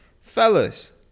fellas